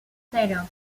cero